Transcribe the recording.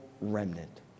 remnant